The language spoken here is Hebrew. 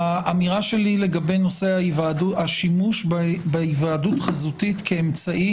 האמירה שלי לגבי נושא השימוש בהיוועדות חזותית כאמצעי